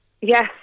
Yes